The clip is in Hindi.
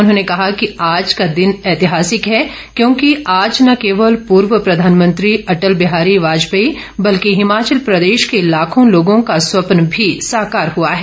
उन्होंने कहा कि आज का दिन ऐतिहासिक है क्योंकि आज न केवल पूर्व प्रधानमंत्री अटल बिहारी वाजपेयी बल्कि हिमाचल प्रदेश के लाखों लोगों का स्वप्न भी साकार हुआ है